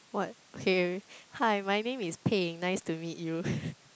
what okay hi my name is Pei-Ying nice to meet you